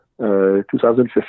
2015